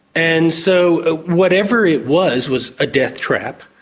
and so ah whatever it was, was a death trap.